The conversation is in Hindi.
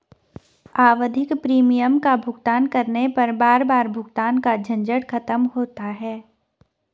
आवधिक प्रीमियम का भुगतान करने पर बार बार भुगतान का झंझट खत्म होता है